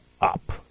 up